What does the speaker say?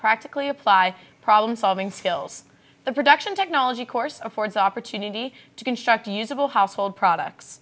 practically apply problem solving skills the production technology course affords opportunity to construct of all household products